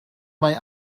mae